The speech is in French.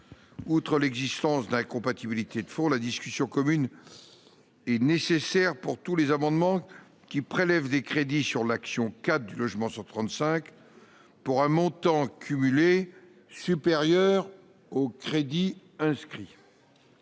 outre l'existence d'incompatibilité de fond, la discussion commune est nécessaire pour tous les amendements qui prélèvent des crédits sur l'action du logement sur 35 pour un montant cumulé supérieur aux crédits inscrits